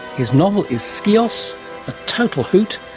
his novel is skios, a total hoot,